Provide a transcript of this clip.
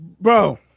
Bro